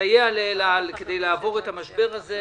לסייע לאל על כדי לעבור את המשבר הזה.